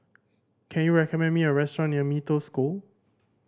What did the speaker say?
can you recommend me a restaurant near Mee Toh School